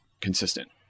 consistent